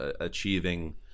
achieving